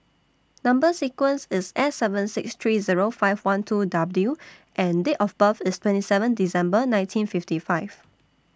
Number sequence IS S seven six three Zero five one two W and Date of birth IS twenty seven December nineteen fifty five